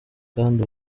kandi